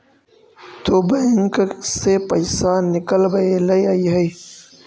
तु बैंक से पइसा निकलबएले अइअहिं